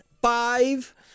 Five